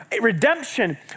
redemption